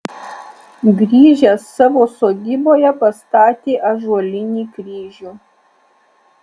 grįžęs savo sodyboje pastatė ąžuolinį kryžių